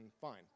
fine